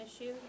issue